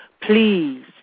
Please